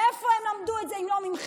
מאיפה הם למדו את זה אם לא מכם?